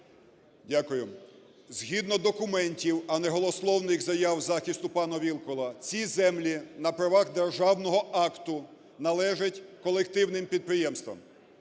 Дякую. Згідно документів, а не голослівних заяв захисту пана Вілкула, ці землі на правах державного акту належать колективним підприємствам.